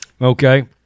Okay